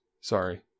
Sorry